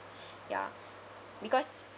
ya because